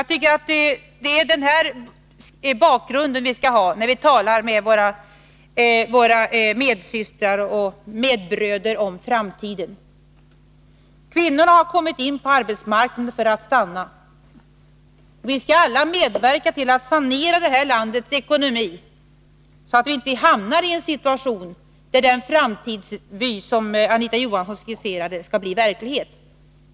Jag tycker att det är mot denna bakgrund som vi skall tala med våra medsystrar och medbröder om framtiden. Kvinnorna har kommit in på arbetsmarknaden för att stanna. Vi bör alla medverka till att sanera detta lands ekonomi så att vi inte hamnar i en situation där den framtidsvy som Anita Johansson här skisserade skall bli verklighet.